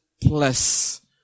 plus